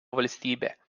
valstybė